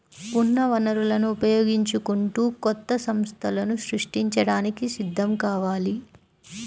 ఉన్న వనరులను ఉపయోగించుకుంటూ కొత్త సంస్థలను సృష్టించడానికి సిద్ధం కావాలి